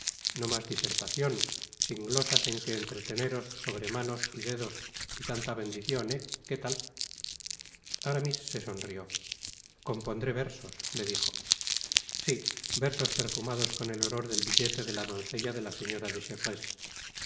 no mas disertacion sin glosas en que entreteneros sobre manos y dedos y tanta bendicion eh que tal aramis se sonrió compondré versos le dijo i i sí versos perfumados con el olor del billete de la donceélade la señera de